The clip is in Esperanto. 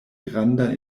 granda